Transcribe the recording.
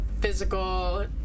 physical